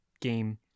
game